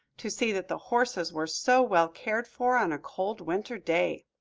to see that the horses were so well cared for on a cold winter day!